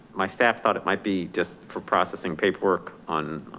my staff thought it might be just for processing paperwork on,